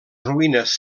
ruïnes